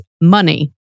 money